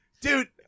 dude